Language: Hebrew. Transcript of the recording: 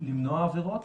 למנוע עבירות